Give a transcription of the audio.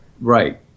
Right